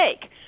take